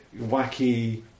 wacky